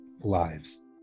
lives